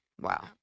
Wow